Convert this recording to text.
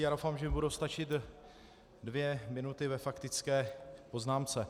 Já doufám, že mi budou stačit dvě minuty ve faktické poznámce.